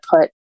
put